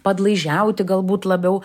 padlaižiauti galbūt labiau